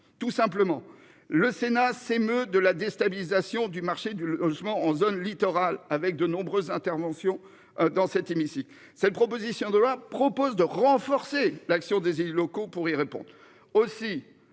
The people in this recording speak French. tout simplement. Le Sénat s'émeut de la déstabilisation du marché du logement en zone littorale avec de nombreuses interventions dans cet hémicycle. Cette proposition de loi propose de renforcer l'action des élus locaux pour y répondre